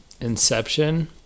Inception